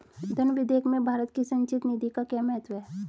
धन विधेयक में भारत की संचित निधि का क्या महत्व है?